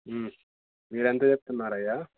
మీరు ఎంత చెప్తున్నారయ్యా